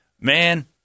man